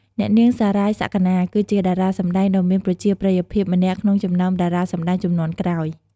អ្នកនាង សារាយ សក្ខណា គឺជាតារាសម្តែងដ៏មានប្រជាប្រិយភាពម្នាក់ក្នុងចំណោមតារាសម្តែងជំនាន់ក្រោយ។